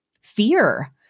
fear